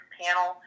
panel